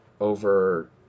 over